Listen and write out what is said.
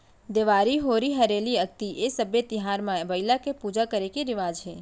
देवारी, होरी हरेली, अक्ती ए सब्बे तिहार म बइला के पूजा करे के रिवाज हे